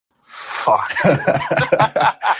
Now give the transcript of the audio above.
Fuck